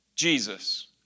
Jesus